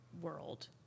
world